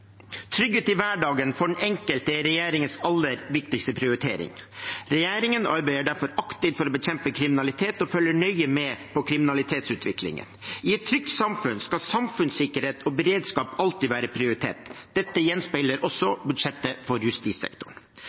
Trygghet i hverdagen for den enkelte er regjeringens aller viktigste prioritering. Regjeringen arbeider derfor aktivt for å bekjempe kriminalitet og følger nøye med på kriminalitetsutviklingen. I et trygt samfunn skal samfunnssikkerhet og beredskap alltid være prioritert. Dette gjenspeiler også budsjettet for justissektoren.